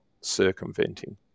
circumventing